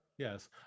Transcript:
Yes